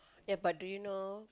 yeah but do you know